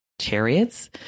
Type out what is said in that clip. chariots